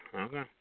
Okay